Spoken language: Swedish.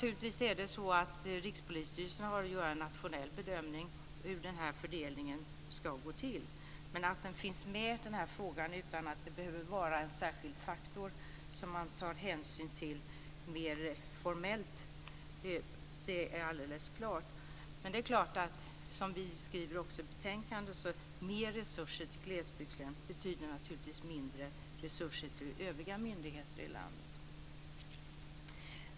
Rikspolisstyrelsen har naturligtvis att göra en nationell bedömning av hur fördelningen ska gå till. Men frågan finns med, utan att den behöver vara en särskild faktor som man mer formellt tar hänsyn till. Det är alldeles klart. Men som vi också skriver i betänkandet betyder naturligtvis mer resurser till glesbygdslän också mindre resurser till myndigheter i övriga landet.